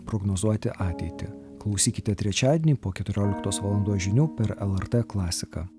prognozuoti ateitį klausykite trečiadienį po keturioliktos valandos žinių per lrt klasiką